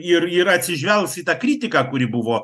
ir ir atsižvelgs į tą kritiką kuri buvo